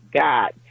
God